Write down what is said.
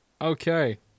Okay